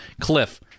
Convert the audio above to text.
Cliff